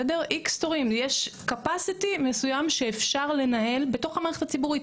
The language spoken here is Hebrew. יש קפסיטי מסוים שאפשר לנהל בתוך המערכת הציבורית,